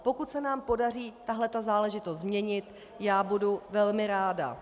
Pokud se nám podaří tahleta záležitost změnit, budu velmi ráda.